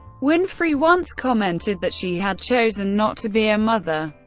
winfrey once commented that she had chosen not to be a mother,